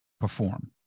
perform